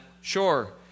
sure